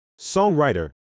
songwriter